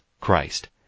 Christ